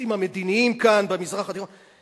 בנושאים המדיניים כאן במזרח התיכון?